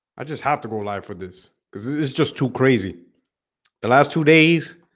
just have to go live for this cuz it's just too crazy the last two days